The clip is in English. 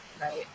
right